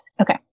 Okay